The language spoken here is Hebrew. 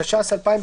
התש"ס-2000,